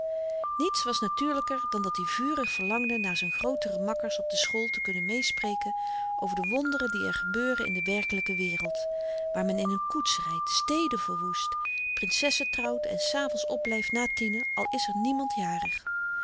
niets was natuurlyker dan dat-i vurig verlangde met z'n grootere makkers op de school te kunnen meespreken over de wonderen die er gebeuren in de werkelyke wereld waar men in n koets rydt steden verwoest prinsessen trouwt en s avends opblyft na tienen al is er niemand jarig